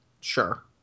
Sure